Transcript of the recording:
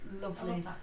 lovely